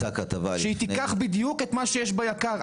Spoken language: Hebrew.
שתיקח בדיוק את מה שיש ביק"ר.